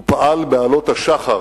הוא פעל בעלות השחר